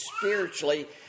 spiritually